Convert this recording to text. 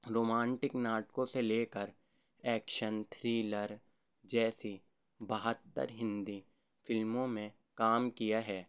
romantic ناٹکوں سے لے کر ایکشن تھریلر جیسی بہتر ہندی فلموں میں کام کیا ہے